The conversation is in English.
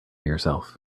yourself